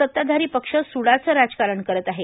सताधारी पक्ष सूडाचं राजकारण करत आहे